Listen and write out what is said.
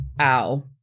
Ow